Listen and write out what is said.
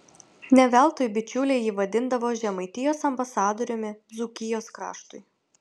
ne veltui bičiuliai jį vadindavo žemaitijos ambasadoriumi dzūkijos kraštui